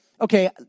okay